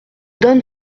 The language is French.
donnent